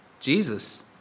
Jesus